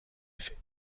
effets